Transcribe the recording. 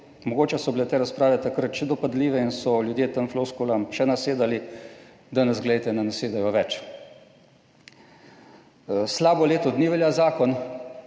mogoče so bile te razprave takrat še dopadljive in so ljudje tem floskulam še nasedali, danes, glejte, ne nasedajo več. Slabo leto dni velja zakon